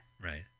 Right